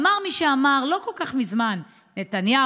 אמר מי שאמר לא כל כך מזמן: נתניהו,